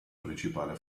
principale